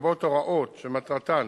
לרבות הוראות שמטרתן